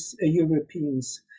Europeans